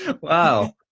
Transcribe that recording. wow